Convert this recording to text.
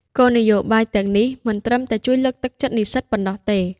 គោលនយោបាយទាំងនេះមិនត្រឹមតែជួយលើកទឹកចិត្តនិស្សិតប៉ុណ្ណោះទេ។